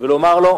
ולומר לו: